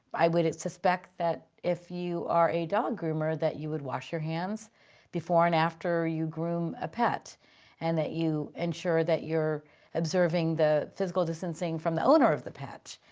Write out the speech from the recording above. i would suspect that if you are a dog groomer, that you would wash your hands before and after you groom a pet and that you ensure that you're observing the physical distancing from the owner of the pet,